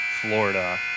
Florida